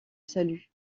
salut